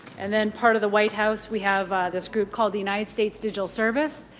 and then part of the white house, we have this group called the united states digital service,